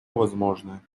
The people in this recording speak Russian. возможное